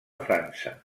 frança